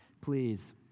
Please